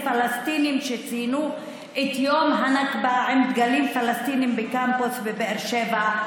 פלסטינים שציינו את יום הנכבה עם דגלים פלסטיניים בקמפוס בבאר שבע.